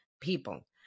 people